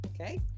okay